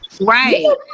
Right